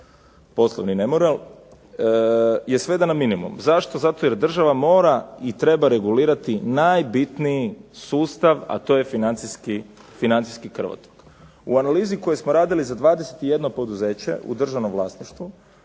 poslovni nemoral, je sveden na minimum. Zašto? Zato jer država mora i treba regulirati najbitniji sustav, a to je financijski krvotok. U analizi koji smo radili za 21 poduzeće u državnom vlasništvu,